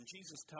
Jesus